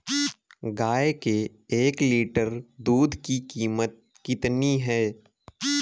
गाय के एक लीटर दूध की कीमत कितनी है?